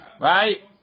right